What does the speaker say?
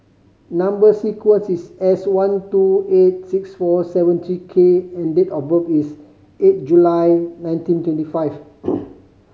number sequence is S one two eight six four seven three K and date of birth is eight July nineteen twenty five